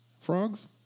Frogs